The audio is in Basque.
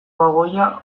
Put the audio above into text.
bagoia